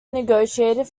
negotiated